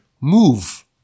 move